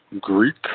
Greek